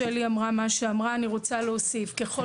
אני רוצה להוסיף, ככל